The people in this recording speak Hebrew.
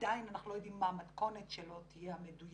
עדיין אנחנו לא יודעים מה המתכונת המדויקת שלו תהיה הפעם,